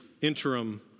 interim